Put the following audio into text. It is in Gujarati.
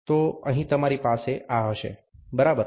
તો અહીં તમારી પાસે આ હશે બરાબર